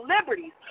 liberties